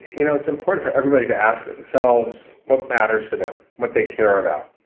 you know it's important for everybody to ask themselves what matters to them what they care about.